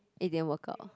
it didn't work out